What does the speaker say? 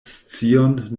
scion